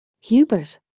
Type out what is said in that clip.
Hubert